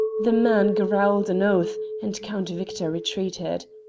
the man growled an oath, and count victor retreated.